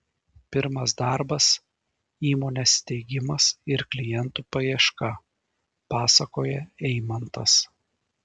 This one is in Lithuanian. pirmas darbas įmonės steigimas ir klientų paieška pasakoja eimantas